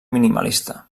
minimalista